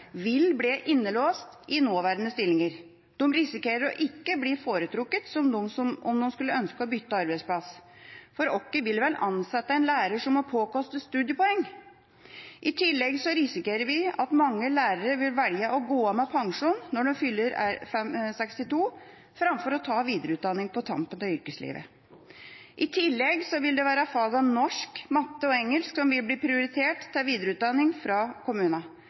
vil bli innelåst i nåværende stillinger. De risikerer å ikke bli foretrukket om de skulle ønske å bytte arbeidsplass. Hvem vil vel ansette en lærer som må påkostes studiepoeng? I tillegg risikerer vi at mange lærere vil velge å gå av med pensjon når de fyller 62 framfor å ta videreutdanning på tampen av yrkeslivet. I tillegg vil det være fagene norsk, matematikk og engelsk som vil bli prioritert til videreutdanning fra